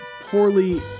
poorly